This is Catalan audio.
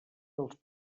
dels